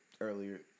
earlier